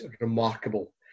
remarkable